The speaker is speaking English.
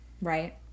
right